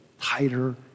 tighter